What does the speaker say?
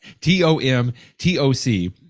T-O-M-T-O-C